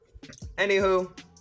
Anywho